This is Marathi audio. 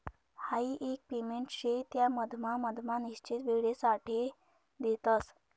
हाई एक पेमेंट शे त्या मधमा मधमा निश्चित वेळसाठे देतस